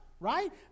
right